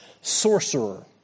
sorcerer